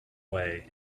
way